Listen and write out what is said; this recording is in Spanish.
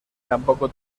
tampoco